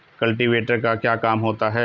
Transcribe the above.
Cultivator का क्या काम होता है?